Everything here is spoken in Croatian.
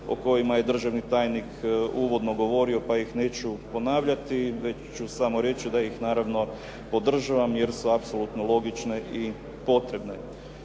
o kojima je državni tajnik uvodno govorio pa ih neću ponavljati već ću samo reći da ih naravno podržavam jer su apsolutno logične i potrebne.